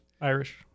Irish